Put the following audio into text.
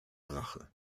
rache